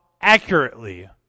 accurately